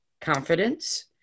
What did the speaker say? confidence